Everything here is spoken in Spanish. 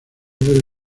del